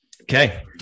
Okay